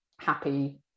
happy